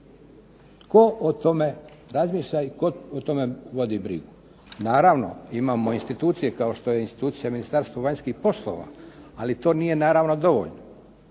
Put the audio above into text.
Tko o tome razmišlja i tko o tome vodi brigu. Naravno, imamo institucije kao što je institucija Ministarstva vanjskih poslova, ali to nije naravno dovoljno.